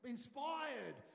Inspired